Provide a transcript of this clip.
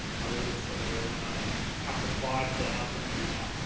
but also up to five thousand now.